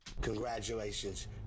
congratulations